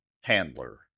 Handler